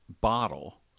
bottle